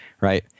right